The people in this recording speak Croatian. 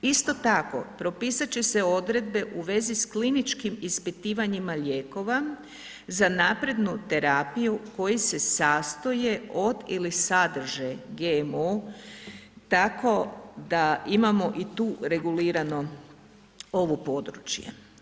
Isto tako propisat će se odredbe u vezi s kliničkim ispitivanjima lijekova za naprednu terapiju koji se sastoje od ili sadrže GMO tako da imamo i tu regulirano ovo područje.